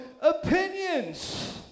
opinions